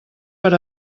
per